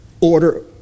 order